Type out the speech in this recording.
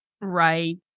Right